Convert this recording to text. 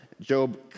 Job